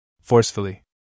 forcefully